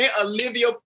Olivia